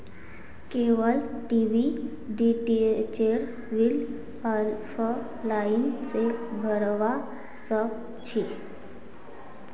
cable TV डीटीएचेर bill offline स भरवा सक छी